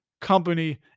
company